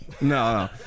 No